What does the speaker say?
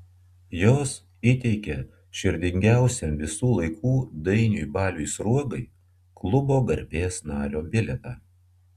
jos įteikė širdingiausiam visų laikų dainiui baliui sruogai klubo garbės nario bilietą